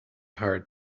hard